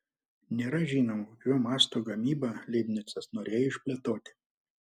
nėra žinoma kokio masto gamybą leibnicas norėjo išplėtoti